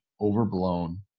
overblown